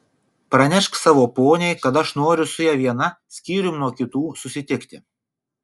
pranešk savo poniai kad aš noriu su ja viena skyrium nuo kitų susitikti